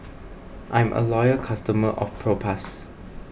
I'm a loyal customer of Propass